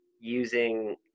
using